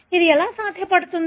ఇది ఎలా సాధ్యపడుతుంది